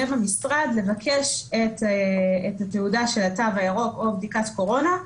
במשרד לבקש את התעודה של הקו הירוק או בדיקת קורונה,